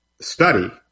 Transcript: study